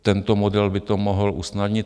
Tento model by to mohl usnadnit.